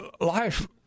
Life